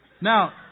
Now